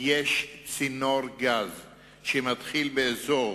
יש צינור גז שמתחיל באזור